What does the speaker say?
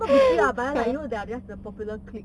no bitchy lah but ah like they are just like the popular cliques